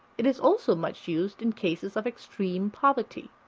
it is also much used in cases of extreme poverty.